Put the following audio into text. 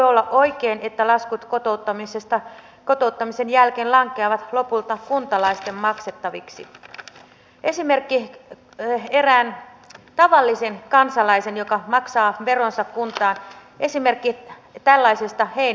vakaumukseni on että edustajat yksilöinä ja eduskunta kokonaisuudessaan voi parhaiten täyttää tehtävänsä kun kukin kohdastansa pyrkii asiallisuuteen eikä hairahdu pikkumaisiin mielenilmaisuihin jotka lainsäätäjälle eivät kuulu